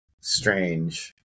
strange